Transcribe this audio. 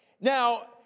Now